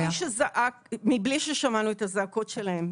מי שזעק מבלי ששמענו את הזעקות שלהם,